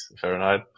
Fahrenheit